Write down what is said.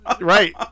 Right